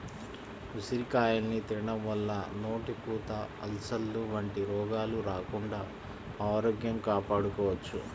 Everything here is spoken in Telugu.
ఉసిరికాయల్ని తినడం వల్ల నోటిపూత, అల్సర్లు వంటి రోగాలు రాకుండా ఆరోగ్యం కాపాడుకోవచ్చు